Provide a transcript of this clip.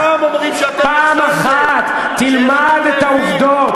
אז מה אם אומרים שאתם, פעם אחת תלמד את העובדות.